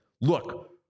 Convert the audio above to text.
look